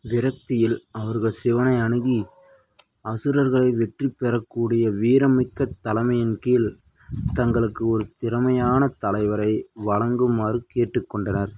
விரக்தியில் அவர்கள் சிவனை அணுகி அசுரர்களை வெற்றி பெறக்கூடிய வீரமிக்க தலைமையின் கீழ் தங்களுக்கு ஒரு திறமையான தலைவரை வழங்குமாறு கேட்டுக்கொண்டனர்